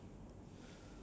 wait wait wait